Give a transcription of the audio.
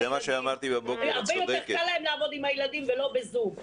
זה מה שאמרתי בבוקר, את צודקת.